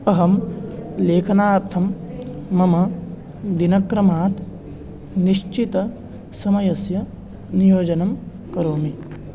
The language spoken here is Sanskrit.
अहं लेखनार्थं मम दिनक्रमात् निश्चितसमयस्य नियोजनं करोमि